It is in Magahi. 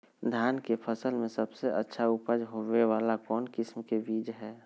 धान के फसल में सबसे अच्छा उपज होबे वाला कौन किस्म के बीज हय?